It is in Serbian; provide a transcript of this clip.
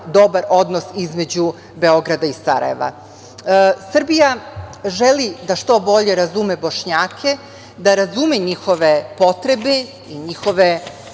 dobar odnos između Beograda i Sarajeva. Srbija želi da što bolje razume Bošnjake, da razume njihove potrebe i njihove